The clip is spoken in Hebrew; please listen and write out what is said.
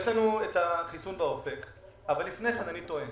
יש לנו את החיסון באופק, אבל לפני כן אני טוען